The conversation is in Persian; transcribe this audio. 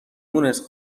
مونس